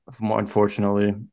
Unfortunately